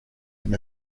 him